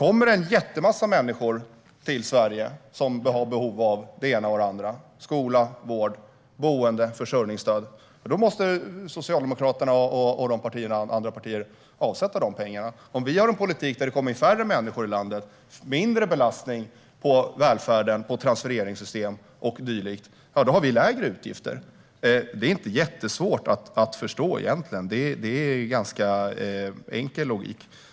Om det kommer en massa människor till Sverige som har behov av det ena och det andra - skola, vård, boende, försörjningsstöd - måste Socialdemokraterna och de andra partierna avsätta pengar till det. Om vi har en politik där det kommer in färre människor i landet och vi får en mindre belastning på välfärden, transfereringssystemet och dylikt får vi lägre utgifter. Detta är inte jättesvårt att förstå egentligen, utan det är ganska enkel logik.